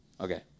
Okay